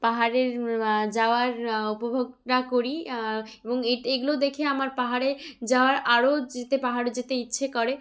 পাহাড়ের যাওয়ার উপভোগটা করি এবং এই এইগুলো দেখে আমার পাহাড়ে যাওয়ার আরও যেতে পাহাড়ে যেতে ইচ্ছে করে